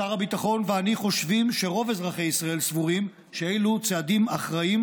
שר הביטחון ואני חושבים שרוב אזרחי ישראל סבורים שאלו צעדים אחראיים,